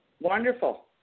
Wonderful